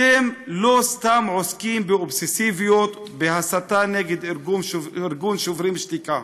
אתם לא סתם עוסקים באובססיביות בהסתה נגד ארגון "שוברים שתיקה",